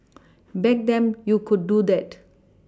back then you could do that